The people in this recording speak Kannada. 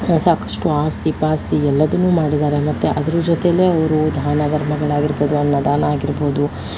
ಸಾಕಷ್ಟು ಆಸ್ತಿ ಪಾಸ್ತಿ ಎಲ್ಲದನ್ನೂ ಮಾಡಿದ್ದಾರೆ ಮತ್ತೆ ಅದರ ಜೊತೇಲೆ ಅವರು ದಾನ ಧರ್ಮಗಳಾಗಿರ್ಬೋದು ಅನ್ನದಾನ ಆಗಿರ್ಬೋದು